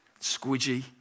squidgy